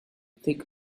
thick